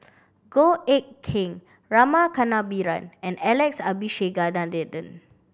Goh Eck Kheng Rama Kannabiran and Alex Abisheganaden